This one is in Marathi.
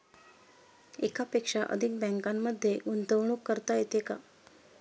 एकापेक्षा अधिक बँकांमध्ये गुंतवणूक करता येते का?